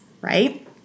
right